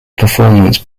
performance